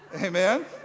Amen